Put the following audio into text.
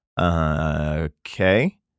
Okay